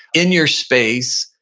in your space,